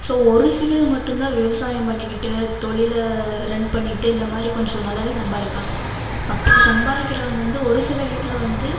so ஒரு சிலர் மட்டும்தான் விவசாயம் பண்ணிக்கிட்டு தொழிலை ரன் பண்ணிட்டு இந்தமாதிரி கொஞ்சம் நல்லாவே சம்பாதிப்பாங்க அப்படி சம்பாதிக்கிறவங்க வந்து ஒரு சில வீட்டில் வந்து